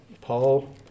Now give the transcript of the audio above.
Paul